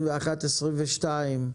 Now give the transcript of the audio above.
ב-2021-2022.